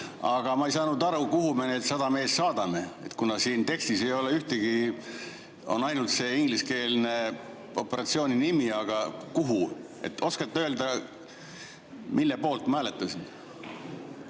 aga ma ei saanud aru, kuhu me need sada meest saadame. Siin tekstis on ainult see ingliskeelne operatsiooni nimi. Aga kuhu? Oskate öelda, mille poolt ma hääletasin?